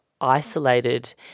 isolated